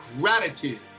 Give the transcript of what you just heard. gratitude